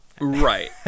Right